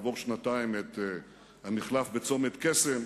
כעבור שנתיים את המחלף בצומת קסם.